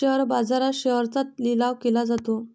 share बाजारात शेअर्सचा लिलाव केला जातो